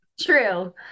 True